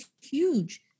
huge